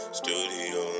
studio